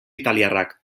italiarrak